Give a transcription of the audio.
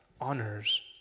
honors